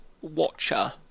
watcher